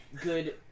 good